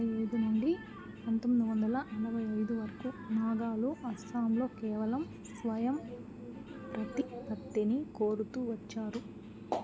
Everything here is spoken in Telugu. పంతొమ్మిది వందల ముప్పై ఐదు నుండి పంతొమ్మిది వందల నలభై ఐదు వరకు నాగాలు అస్సాంలో కేవలం స్వయం ప్రతిపత్తిని కోరుతూ వచ్చారు